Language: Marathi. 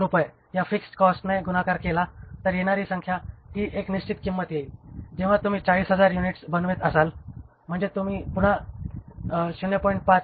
50 या फिक्स्ड कॉस्टने गुणाकार केला तर येणारी संख्या ही एक निश्चित रक्कम येईल जेव्हा तुम्ही 40000 युनिट्स बनवित असाल म्हणजे पुन्हा तुम्ही 0